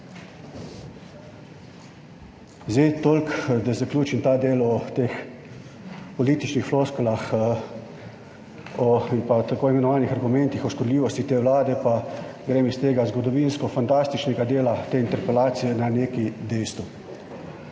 resno? Toliko, da zaključim ta del o teh političnih floskulah in pa tako imenovanih argumentih o škodljivosti te vlade, pa grem iz tega zgodovinsko-fantastičnega dela te interpelacije na nekaj dejstev.